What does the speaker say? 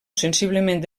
sensiblement